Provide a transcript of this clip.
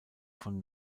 von